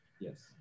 Yes